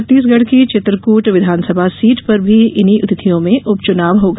छत्तीसगढ़ की चित्रकूट विधानसभा सीट पर भी इन्हीं तिथियों में उप चुनाव होगा